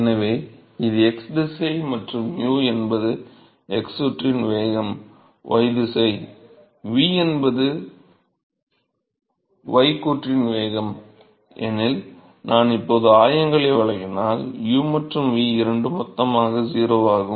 எனவே இது x திசை மற்றும் u என்பது x கூற்றின் வேகம் மற்றும் y திசை v என்பது y கூற்றின் வேகம் எனில் நான் இப்போது ஆயங்களை வழங்கினால் u மற்றும் v இரண்டும் மொத்தமாக 0 ஆகும்